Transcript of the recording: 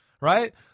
right